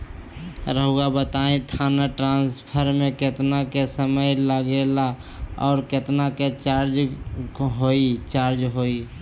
रहुआ बताएं थाने ट्रांसफर में कितना के समय लेगेला और कितना के चार्ज कोई चार्ज होई?